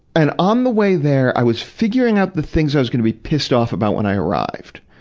and on the way there, i was figuring out the things i was gonna be pissed off about when i arrived.